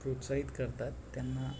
प्रोत्साहित करतात त्यांना